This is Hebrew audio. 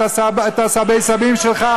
את סבי הסבים שלך,